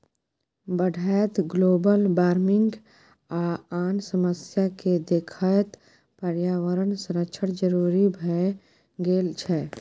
बढ़ैत global warming आ आन समस्या केँ देखैत पर्यावरण संरक्षण जरुरी भए गेल छै